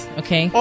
okay